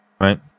right